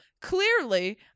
clearly